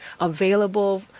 available